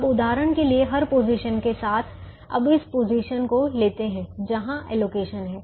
अब उदाहरण के लिए हर पोजीशन के साथ अब इस पोजीशन को लेते हैं जहाँ एलोकेशन है